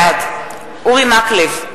בעד אורי מקלב,